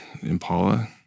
Impala